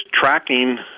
tracking